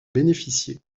bénéficier